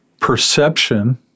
perception